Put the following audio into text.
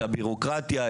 את הבירוקרטיה,